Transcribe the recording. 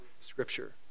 Scripture